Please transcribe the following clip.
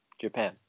Japan